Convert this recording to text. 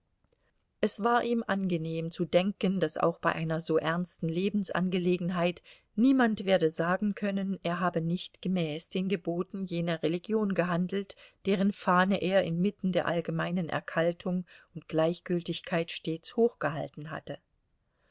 es war ihm angenehm zu denken daß auch bei einer so ernsten lebensangelegenheit niemand werde sagen können er habe nicht gemäß den geboten jener religion gehandelt deren fahne er inmitten der allgemeinen erkaltung und gleichgültigkeit stets hochgehalten hatte